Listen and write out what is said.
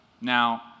Now